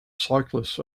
cyclists